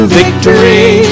victory